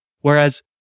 whereas